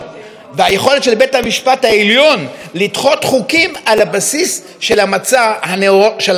היכולת של בית המשפט העליון לדחות חוקים על בסיס המצע של הנאורות,